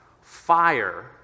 fire